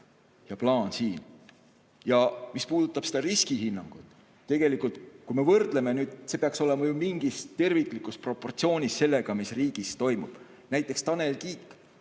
ja plaan. Ja mis puudutab seda riskihinnangut, siis tegelikult, kui me võrdleme, siis see peaks olema mingis terviklikus proportsioonis sellega, mis riigis toimub. Näiteks Tanel Kiik